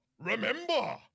remember